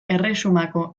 erresumako